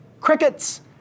crickets